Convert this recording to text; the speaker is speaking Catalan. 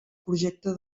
projecte